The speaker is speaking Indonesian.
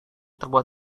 terbuat